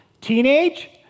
Teenage